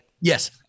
Yes